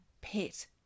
pet